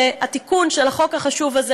שהתיקון של החוק החשוב הזה,